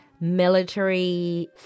military